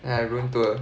then I room tour